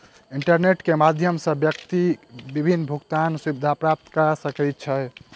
internet के माध्यम सॅ व्यक्ति विभिन्न भुगतान सुविधा प्राप्त कय सकै छै